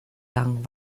lang